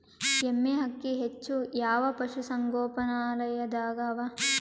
ಎಮ್ಮೆ ಅಕ್ಕಿ ಹೆಚ್ಚು ಯಾವ ಪಶುಸಂಗೋಪನಾಲಯದಾಗ ಅವಾ?